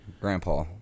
Grandpa